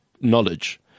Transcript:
knowledge